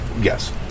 yes